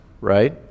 right